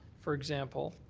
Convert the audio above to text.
for example,